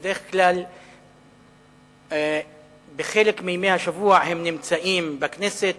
שבדרך כלל בחלק מימי השבוע הם נמצאים בכנסת